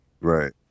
right